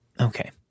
Okay